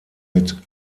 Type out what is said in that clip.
mit